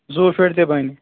زُلفریڈ تہِ بَنہِ